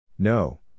No